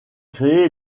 créé